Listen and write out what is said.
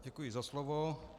Děkuji za slovo.